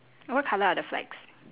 what colour are the flags